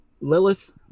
Lilith